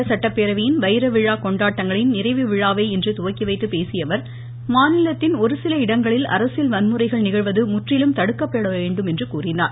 கேரள சட்டப்பேரவையின் வைர விழா கொண்டாட்டங்களின் நிறைவு விழாவை இன்று துவக்கிவைத்துப் பேசியஅவர் மாநிலத்தின் ஒரு சில இடங்களில் அரசியல் வன்முறைகள் நிகழ்வது முற்றிலும் தடுக்கப்பட வேண்டும் என்றார்